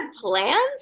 plans